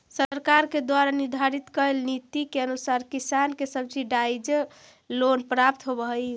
सरकार के द्वारा निर्धारित कैल नीति के अनुसार किसान के सब्सिडाइज्ड लोन प्राप्त होवऽ हइ